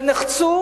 ונחצו